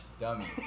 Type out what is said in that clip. Dummy